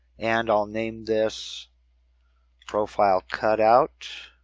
and i'll name this profile cutout.